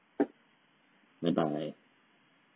bye bye